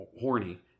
horny